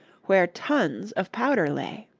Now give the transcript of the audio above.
where tons of powder lay.